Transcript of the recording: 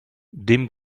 dem